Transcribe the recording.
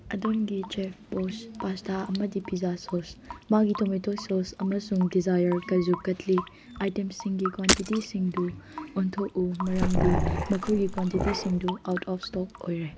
ꯑꯗꯣꯝꯒꯤ ꯆꯦꯞꯕꯣꯁ ꯄꯥꯁꯇꯥ ꯑꯃꯗꯤ ꯄꯤꯖꯥ ꯁꯣꯁ ꯃꯥꯒꯤ ꯇꯣꯃꯦꯇꯣ ꯁꯣꯁ ꯑꯃꯁꯨꯡ ꯗꯤꯖꯥꯌꯔ ꯀꯥꯖꯨ ꯀꯠꯂꯤ ꯑꯥꯏꯇꯦꯝꯁꯤꯡꯒꯤ ꯀ꯭ꯋꯥꯟꯇꯤꯇꯤꯁꯤꯡꯗꯨ ꯑꯣꯟꯊꯣꯛꯎ ꯃꯔꯝꯗꯤ ꯃꯈꯣꯏꯒꯤ ꯀ꯭ꯋꯥꯟꯇꯤꯇꯤꯁꯤꯡꯗꯨ ꯑꯥꯎꯠ ꯑꯣꯐ ꯏꯁꯇꯣꯛ ꯑꯣꯏꯔꯦ